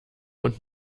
und